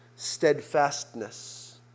steadfastness